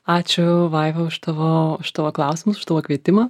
ačiū vaiva už tavo už tavo klausimus už tavo kvietimą